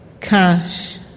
cash